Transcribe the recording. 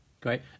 Great